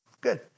Good